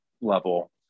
level